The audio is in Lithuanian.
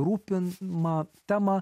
rūpimą temą